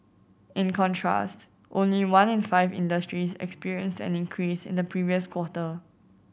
in contrast only one in five industries experienced an increase in the previous quarter